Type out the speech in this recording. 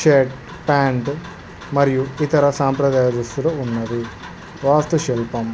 shirt pant మరియు ఇతర సాంప్రదాయ దుస్తులు ఉన్నది వాస్తు శిల్పం